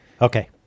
Okay